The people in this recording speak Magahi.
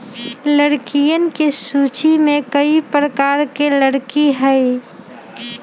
लकड़ियन के सूची में कई प्रकार के लकड़ी हई